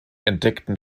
entdeckten